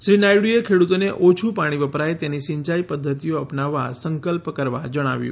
શ્રી નાયડુએ ખેડૂતોને ઓછું પાણી વપરાય તેની સિંચાઈ પધ્ધતિઓ અપનાવવા સંકલ્પ કરવા જણાવ્યું